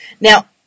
Now